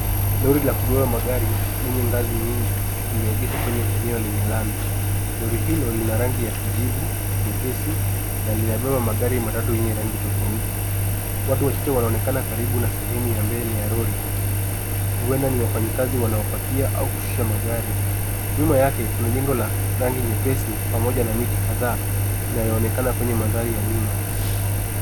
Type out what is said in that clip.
Lori la kubeba magari lenye ngazi nyingi imeegeshwa kwenye eneo lenye lami. Lori hilo lina rangi ya kijivu, nyepesi na linabeba magari matatu yenye rangi tofauti. Watu wachache wanaonekana karibu na sehemu ya mbele ya lori. Huenda ni wafanyikazi wanaopakia au kushusha magari. Nyuma yake kuna jengo la rangi nyepesi pamoja na miti kadhaa inayoonekana kwenye mandhari ya nyuma.